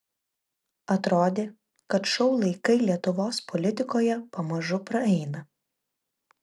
atrodė kad šou laikai lietuvos politikoje pamažu praeina